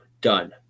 done